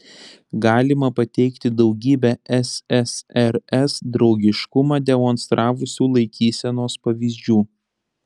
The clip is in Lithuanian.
galima pateikti daugybę ssrs draugiškumą demonstravusių laikysenos pavyzdžių